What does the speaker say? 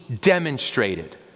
demonstrated